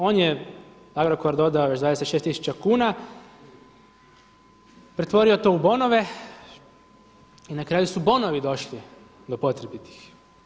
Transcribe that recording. On je, Agrokor dodao još 26 tisuća kuna, pretvorio to u bonove i na kraju su bonovi došli do potrebitih.